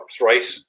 right